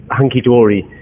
hunky-dory